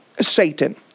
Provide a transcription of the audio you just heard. Satan